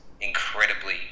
incredibly